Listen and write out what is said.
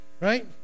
right